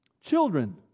children